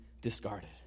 discarded